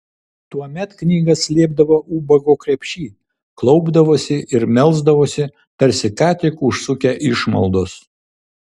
tuomet knygas slėpdavo ubago krepšy klaupdavosi ir melsdavosi tarsi ką tik užsukę išmaldos